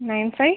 nine five